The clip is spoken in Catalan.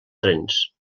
trens